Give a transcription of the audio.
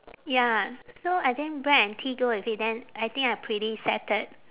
ya so I think bread and tea go with it then I think I pretty settled